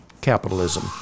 capitalism